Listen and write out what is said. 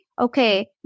okay